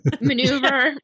maneuver